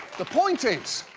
the point is,